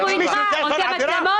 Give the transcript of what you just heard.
אנחנו אתך, רוצה מצלמות?